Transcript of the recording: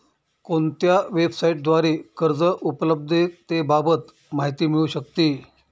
कोणत्या वेबसाईटद्वारे कर्ज उपलब्धतेबाबत माहिती मिळू शकते?